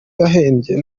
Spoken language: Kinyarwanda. yahembye